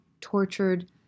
tortured